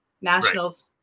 nationals